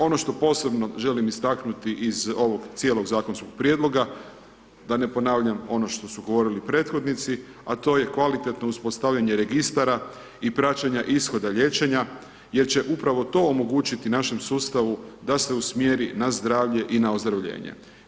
Ono što posebno želim istaknuti iz ovog cijelog zakonskog prijedloga, da ne ponavljam ono što su govorili prethodnici, a to je kvalitetno uspostavljanje registara i praćenja ishoda liječenja jer će upravo to omogućiti našem sustavu da se usmjeri na zdravlje i na ozdravljenje.